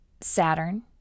Saturn